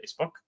Facebook